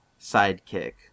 sidekick